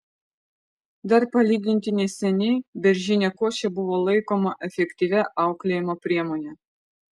dar palyginti neseniai beržinė košė buvo laikoma efektyvia auklėjimo priemone